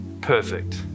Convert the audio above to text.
perfect